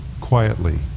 quietly